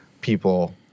people